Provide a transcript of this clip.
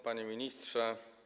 Panie Ministrze!